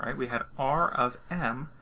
um we had r of m,